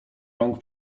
rąk